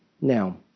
Now